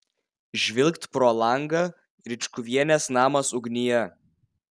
žvilgt pro langą ričkuvienės namas ugnyje